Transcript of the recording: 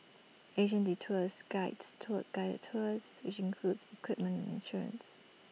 Asian Detours Guides tour guided tours which includes equipment and insurance